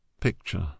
picture